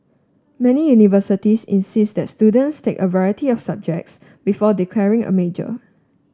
many universities insist that students take a variety of subjects before declaring a major